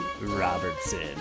Robertson